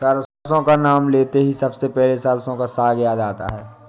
सरसों का नाम लेते ही सबसे पहले सरसों का साग याद आता है